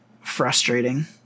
frustrating